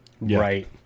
Right